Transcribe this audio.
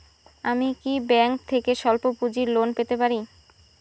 আমি কি ব্যাংক থেকে স্বল্প পুঁজির লোন পেতে পারি?